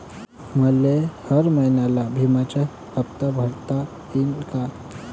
मले हर महिन्याले बिम्याचा हप्ता भरता येईन का?